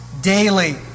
daily